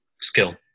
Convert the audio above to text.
skill